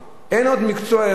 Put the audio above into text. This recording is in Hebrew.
אין עוד מקצוע אחד,